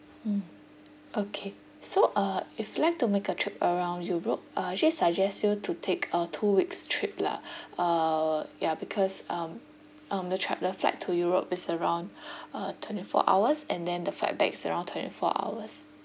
mm okay so uh if you like to make a trip around europe uh actually suggest you to take uh two weeks trip lah uh ya because um um the tra~ the flight to europe is around uh twenty four hours and then the flight back is around twenty four hours